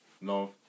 No